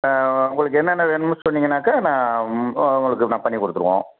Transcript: உங்களுக்கு என்னென்ன வேணும்னு சொன்னிங்கன்னாக்கா நான் ஒ உங்களுக்கு நான் பண்ணிக் கொடுத்துருவோம்